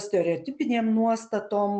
stereotipinėm nuostatom